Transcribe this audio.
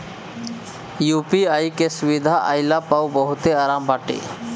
UPI के सुविधा आईला पअ बहुते आराम बाटे